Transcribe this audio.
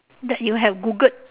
that you have googled